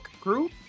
group